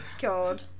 God